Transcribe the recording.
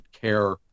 care